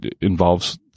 involves